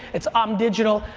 it's i'm digital,